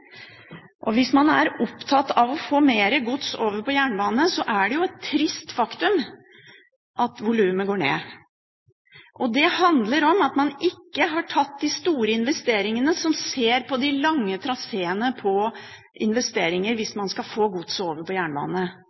Hvis man er opptatt av å få mer gods over på jernbane, er det et trist faktum at volumet går ned. Det handler om at man ikke har foretatt de store investeringene, som ser på de lange traseene på investeringer, hvis man skal få godset over på jernbane.